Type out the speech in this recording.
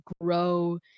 grow